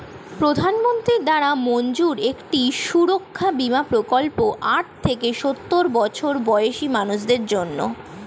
প্রধানমন্ত্রী দ্বারা মঞ্জুর একটি সুরক্ষা বীমা প্রকল্প আট থেকে সওর বছর বয়সী মানুষদের জন্যে